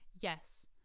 yes